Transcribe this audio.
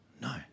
No